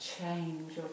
change